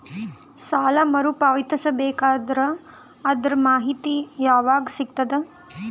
ಸಾಲ ಮರು ಪಾವತಿಸಬೇಕಾದರ ಅದರ್ ಮಾಹಿತಿ ಯವಾಗ ಸಿಗತದ?